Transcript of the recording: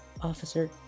Officer